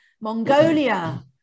Mongolia